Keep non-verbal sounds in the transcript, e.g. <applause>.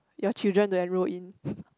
your children to enrol in <laughs>